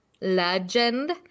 legend